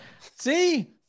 See